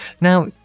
Now